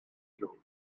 heroes